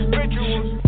rituals